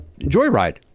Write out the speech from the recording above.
Joyride